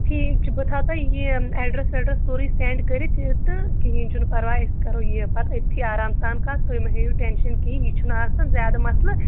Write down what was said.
ٹھیٖک چھُ بہٕ تھاوٕ تۄہہِ یہِ ایڈرَس ویڈرَس سورُے سینٛڈ کٔرِتھ تہٕ کِہیٖنۍ چھُنہٕ پَرواے أسۍ کَرو یہِ پَتہٕ أتتھٕے آرام سان کَتھ تُہۍ مہٕ ہییُو ٹینشَن کِہیٖنۍ یہِ چھُنہٕ آسان زیادٕ مَسلہٕ